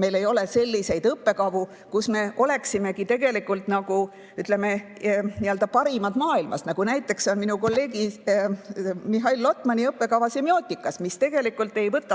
meil ei ole selliseid õppekavu, kus me oleksimegi tegelikult, ütleme, parimad maailmas. Nagu näiteks on minu kolleegi Mihhail Lotmani õppekava semiootikas, mis tegelikult mitte sellepärast